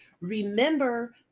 Remember